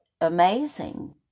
amazing